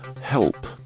help